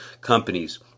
companies